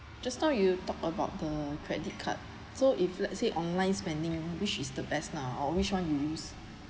just now you talk about the credit card so if let's say online spending which is the best now or which one you use